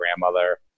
grandmother